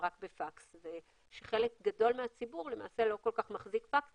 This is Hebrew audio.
רק בפקס כאשר חלק גדול מהציבור למעשה לא מחזיק פקס